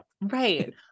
Right